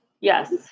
Yes